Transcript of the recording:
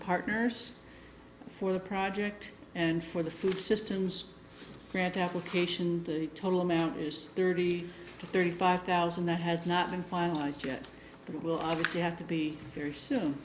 partners for the project and for the food systems grant application the total amount is thirty to thirty five thousand that has not been finalized yet but it will obviously have to be very soon